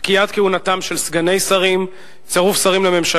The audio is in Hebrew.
בעד זה בעד הצעתו של סגן השר להעביר את הנושא